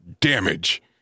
Damage